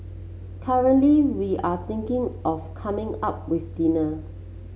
currently we are thinking of coming up with dinner